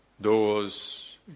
doors